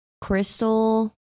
Crystal